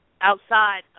outside